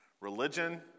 Religion